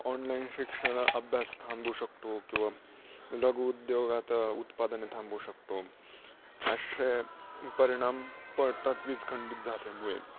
online शिक्षण अभ्यास थांबू शकतो किंवा लघुउद्योगात उत्पादने थांबू शकतो असे परिणाम पडतात वीज खंडित झाल्यामुळे